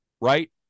right